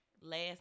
last